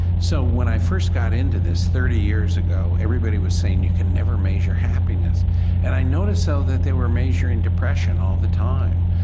so when i first got into this thirty years ago everybody was saying you can never measure happiness and i noticed though that they were measuring depression all the time.